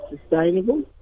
sustainable